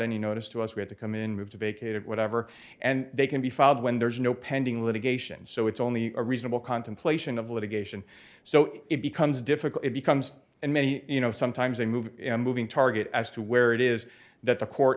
any notice to us we had to come in with a vacated whatever and they can be filed when there's no pending litigation so it's only a reasonable contemplation of litigation so it becomes difficult it becomes and many you know sometimes they move in a moving target as to where it is that the court